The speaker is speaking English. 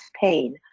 pain